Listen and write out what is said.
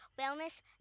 wellness